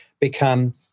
become